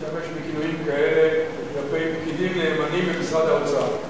השתמש בכינויים כאלה כלפי פקידים נאמנים במשרד האוצר.